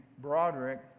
Broderick